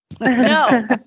No